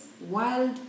wild